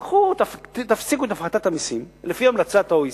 קחו, תפסיקו את הפחתת המסים, לפי המלצת ה-OECD,